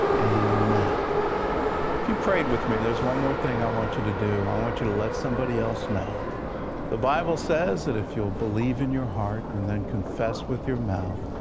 amen. if you prayed with me, there is one more thing i want you to do. i want you to let somebody else. the bible says that if you'll believe in your heart and then confess with your mouth,